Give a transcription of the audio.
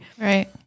Right